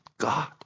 God